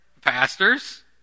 Pastors